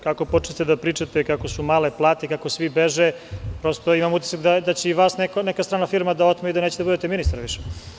Kako ste počeli da pričate kako su male plate, kako svi beže, prosto imam utisak da će i vas neka strana firma da otme i da nećete da budete ministar više.